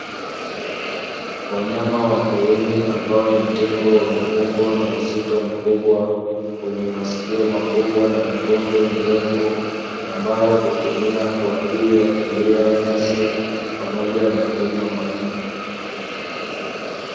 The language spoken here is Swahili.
Wanyama wa porini ambao ni tembo wenye uzito mkubwa, wenye masikio makubwa na mikonge mirefu ambayo hutumia kwaajili ya kulia nyasi pamoja na kunywa maji.